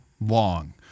long